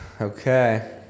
Okay